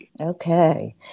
Okay